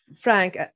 frank